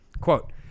Quote